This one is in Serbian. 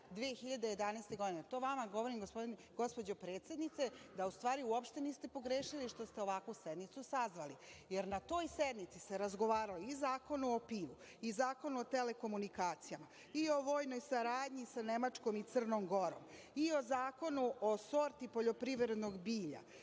2011. godine. To vama govorim, gospođo predsednice, da u stvari uopšte niste pogrešili što ste ovakvu sednicu sazvali, jer na toj sednici se razgovaralo i o Zakonu o PIO, i o zakonu o telekomunikacijama, i o vojnoj saradnji sa Nemačkom i Crnom Gorom, i o Zakonu o sorti poljoprivrednog bilja,